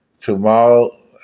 tomorrow